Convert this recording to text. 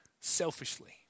selfishly